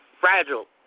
Fragile